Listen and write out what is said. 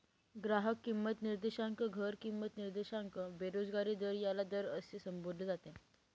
ग्राहक किंमत निर्देशांक, घर किंमत निर्देशांक, बेरोजगारी दर याला दर असे संबोधले जाते